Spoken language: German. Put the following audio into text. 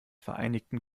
vereinigten